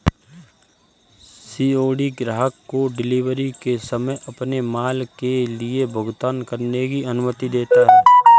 COD ग्राहक को delivery के समय अपने माल के लिए भुगतान करने की अनुमति देता है